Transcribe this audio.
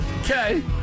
Okay